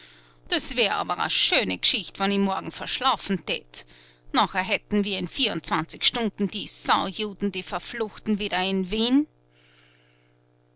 dös wär aber a schöne g'schicht wann i morgen verschlafen tät nachher hätten mir in vierundzwanzig stunden die saujuden die verfluchten wieder in wien